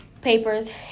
Papers